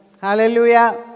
Hallelujah